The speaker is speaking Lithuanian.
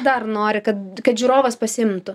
dar nori kad kad žiūrovas pasiimtų